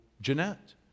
Jeanette